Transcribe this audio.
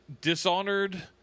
dishonored